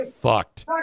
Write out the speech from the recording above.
fucked